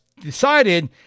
decided